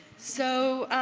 so